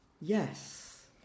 Yes